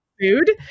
food